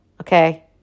Okay